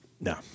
No